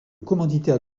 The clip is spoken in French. commanditaire